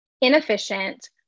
inefficient